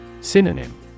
Synonym